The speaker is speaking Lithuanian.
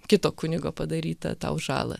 kito kunigo padarytą tau žalą